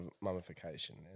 mummification